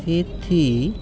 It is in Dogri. स्थिति